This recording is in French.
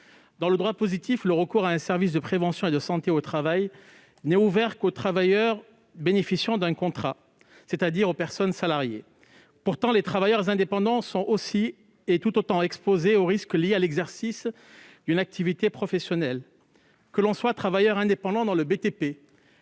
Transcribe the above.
Dans le droit positif, le recours à un SPST n'est ouvert qu'aux travailleurs bénéficiant d'un contrat, c'est-à-dire aux personnes salariées. Pourtant, les travailleurs indépendants sont tout autant exposés aux risques liés à l'exercice d'une activité professionnelle. Que l'on soit indépendant dans le BTP,